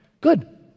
Good